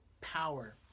power